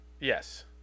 yes